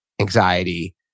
anxiety